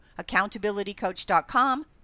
accountabilitycoach.com